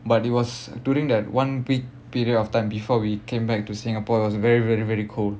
but it was during that one week period of time before we came back to singapore it was very very very cold